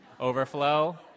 Overflow